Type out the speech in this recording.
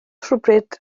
rhywbryd